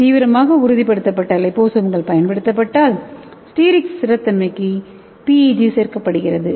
தீவிரமாக உறுதிப்படுத்தப்பட்ட லிபோசோம்கள் பயன்படுத்தப்பட்டால் ஸ்டெரிக் ஸ்திரத்தன்மைக்கு PEG சேர்க்கப்படுகிறது